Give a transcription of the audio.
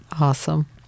Awesome